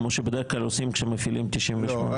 כמו שבדרך כלל עושים כאשר מפעילים את סעיף 98. לא.